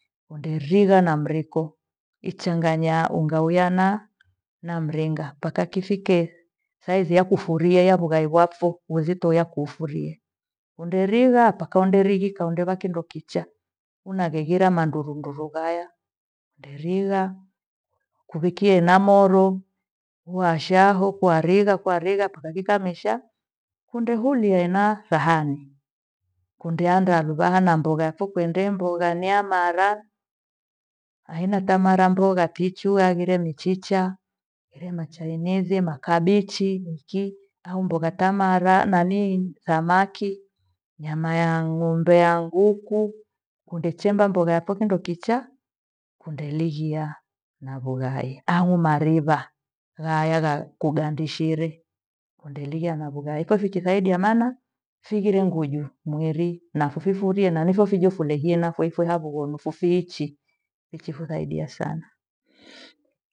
Underigha na mriko, ichanganya unga uya na mringa mpaka kifike thaithi yakufuria ya vughai vakfo wezito yakumfurie. Underigha mpaka underithika undeva kindo kichaa unageghira mandurundu rundu rugaya nderigha kuwikie ena moro uwashao kuarigha kuarighaa kunevika misha kundehulia ena sahani. Kundeandaa luvaha na mbogha yapho kuinde mbogha niamara. Haiana za mara mbogha tichu haghire michicha, hena chainizi, makabichi, mki au mbogha tamara naii thamaki, nyama ya ng'ombe, ya nguku kundechemba mbogha yako kindo kichaa kundelighia na vugai au mariva haya yakugandishire kundelia na vughai. Ukofiki thaidi ya mana fighire nguju mwiri na fifurie nani ipho funehina fuifui ha vughonu fufiichi vichifusaidia sana.